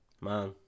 Man